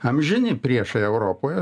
amžini priešai europoje